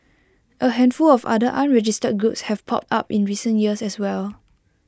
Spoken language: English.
A handful of other unregistered groups have popped up in recent years as well